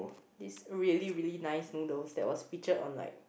this really really nice noodles that was featured on like